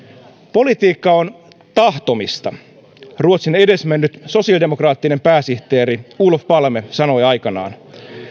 politiikka on tahtomista ruotsin edesmennyt sosiaalidemokraattinen pääministeri olof palme sanoi aikanaan